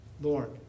Lord